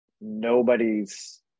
nobody's